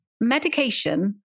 medication